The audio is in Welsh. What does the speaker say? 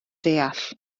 deall